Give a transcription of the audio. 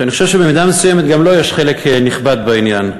שאני חושב שבמידה מסוימת גם לו יש חלק נכבד בעניין.